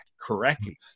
correctly